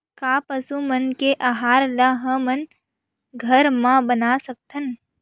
का पशु मन के आहार ला हमन घर मा बना सकथन?